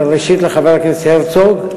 ראשית, לחבר הכנסת הרצוג: